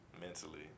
mentally